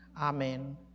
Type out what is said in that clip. Amen